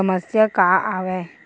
समस्या का आवे?